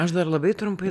aš dar labai trumpai